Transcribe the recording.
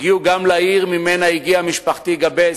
הגיעו גם לעיר שממנה הגיעה משפחתי, גאבס,